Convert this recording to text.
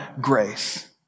grace